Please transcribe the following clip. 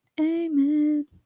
Amen